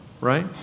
right